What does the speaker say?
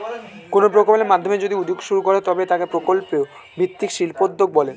কোনো প্রকল্পের মাধ্যমে যদি উদ্যোগ শুরু করা হয় তবে তাকে প্রকল্প ভিত্তিক শিল্পোদ্যোগ বলে